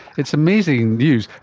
it's amazing views.